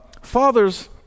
Fathers